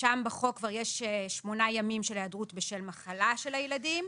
שם בחוק כבר יש 8 ימים של היעדרות בשל מחלה של הילדים.